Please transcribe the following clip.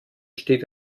steht